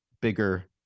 bigger